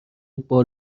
بال